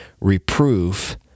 reproof